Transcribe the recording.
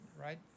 right